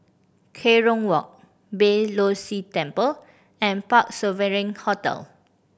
Kerong Walk Beeh Low See Temple and Parc Sovereign Hotel